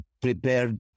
prepared